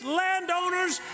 landowners